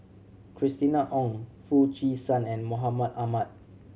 Christina Ong Foo Chee San and Mahmud Ahmad